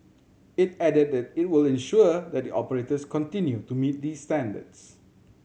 it added that it will ensure that the operators continue to meet these standards